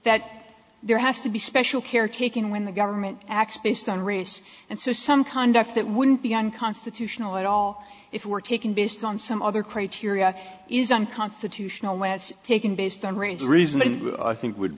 that there has to be special care taken when the government acts based on race and so some conduct that wouldn't be unconstitutional at all if it were taken based on some other criteria is unconstitutional when it's taken based on race reason then i think would